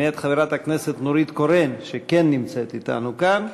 מאת חברת הכנסת נורית קורן, שכן נמצאת אתנו כאן.